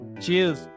Cheers